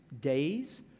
days